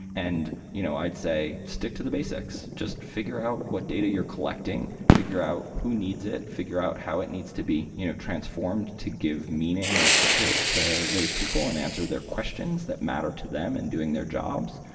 and you know i'd say stick to the basics. just figure out what data you're collecting, figure out who needs it, figure out how it needs to be you know transformed to give meaning to to those people and answer their questions that matter to them and doing their jobs,